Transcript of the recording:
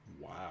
wow